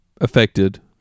affected